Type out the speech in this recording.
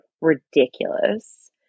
ridiculous